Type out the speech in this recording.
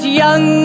young